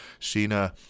Sheena